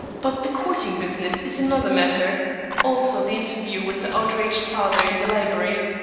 but the courting business is another matter also the interview with the outraged father in the library.